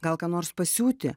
gal ką nors pasiūti